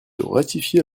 ratifier